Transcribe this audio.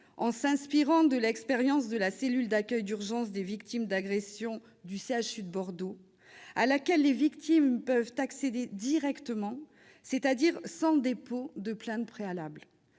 en s'inspirant de l'expérience de la cellule d'accueil d'urgence des victimes d'agressions du CHU de Bordeaux : les victimes peuvent y accéder en direct, c'est-à-dire sans dépôt de plainte préalable.